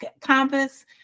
compass